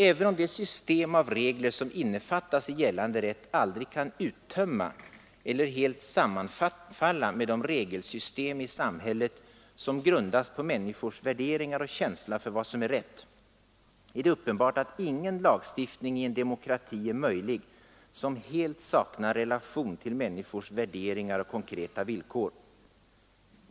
Även om det system av regler, som innefattas i gällande rätt, aldrig kan uttömma eller helt sammanfalla med de regelsystem i samhället, som grundas på människors värderingar och känsla för vad som är rätt, är det uppenbart att ingen lagstiftning i en demokrati är möjlig, som helt saknar relation till människors värderingar och konkreta villkor.